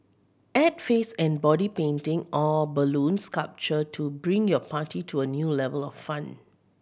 add face and body painting or balloon sculpture to bring your party to a new level of fun